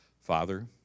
Father